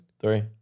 Three